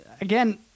Again